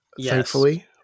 thankfully